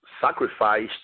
sacrificed